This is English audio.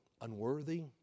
unworthy